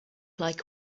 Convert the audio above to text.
like